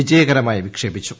വിജയകരമായി വിക്ഷേപിച്ചു